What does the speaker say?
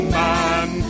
man